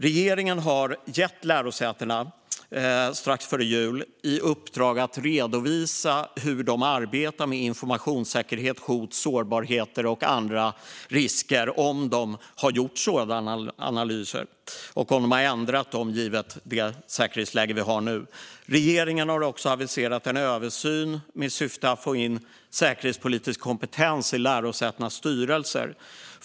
Regeringen gav strax före jul lärosätena i uppdrag att redovisa hur de arbetar med informationssäkerhet, hot, sårbarheter och andra risker, om de har gjort sådana analyser och om de har ändrat dem givet det säkerhetsläge vi har nu. Regeringen har också aviserat en översyn med syftet att få in säkerhetspolitisk kompetens i lärosätenas styrelser.